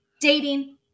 dating